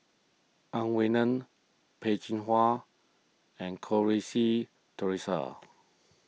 Ang Wei Neng Peh Chin Hua and Goh Rui Si theresa